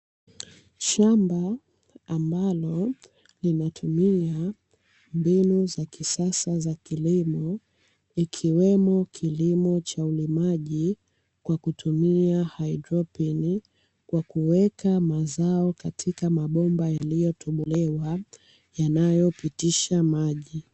Shamba ambalo linatumia mbinu za kisasa za kilimo, ikiwemo kilimo cha ulimaji kwa kutumia haidroponi kwa kuweka mazao katika mabomba yaliyotobolewa yanayopitisha maji.